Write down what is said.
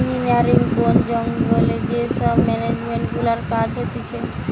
engineering, বোন জঙ্গলে যে সব মেনেজমেন্ট গুলার কাজ হতিছে